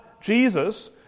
Jesus